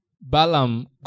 Balaam